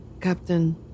Captain